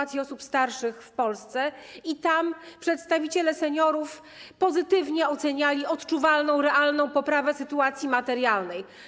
o sytuacji osób starszych w Polsce, i tam przedstawiciele seniorów pozytywnie oceniali odczuwalną, realną poprawę sytuacji materialnej.